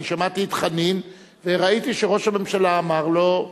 שמעתי את חנין וראיתי שראש הממשלה אמר לו: